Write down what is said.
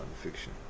fiction